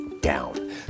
down